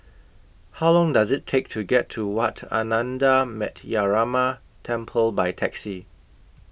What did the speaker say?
How Long Does IT Take to get to Wat Ananda Metyarama Temple By Taxi